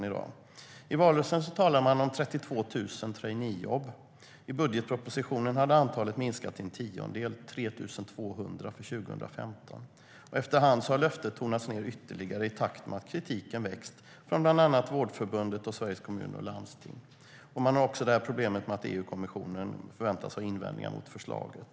I valrörelsen talade man om 32 000 traineejobb. I budgetpropositionen hade antalet minskat till en tiondel, till 3 200 för 2015. Efterhand har löftet tonats ned ytterligare i takt med att kritiken växt från bland annat Vårdförbundet och Sveriges Kommuner och Landsting. Man har också problem med att EU-kommissionen förväntas ha invändningar mot förslaget.